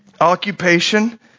occupation